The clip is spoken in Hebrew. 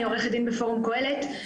אני עורכת דין בפורום קהלת,